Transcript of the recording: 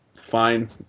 fine